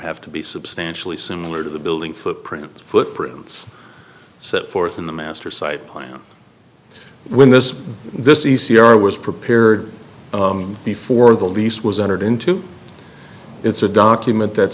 have to be substantially similar to the building footprints footprints set forth in the master site plan when this this e c r was prepared before the lease was entered into it's a document that